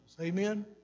Amen